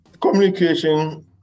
communication